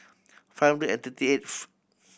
five hundred and thirty eighth